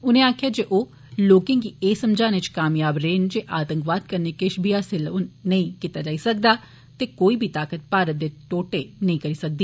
उनें आक्खेया जे ओ लोकें गी ए समझानें च कामयाब रेह न जे आतंकवाद कन्ने किश बी हासल नेंई कीता जाई सकदा ते कोई बी ताकत भारत दे टोटे नेई करी सकदी